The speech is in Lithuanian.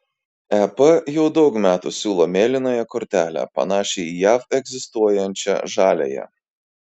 ep jau daug metų siūlo mėlynąją kortelę panašią į jav egzistuojančią žaliąją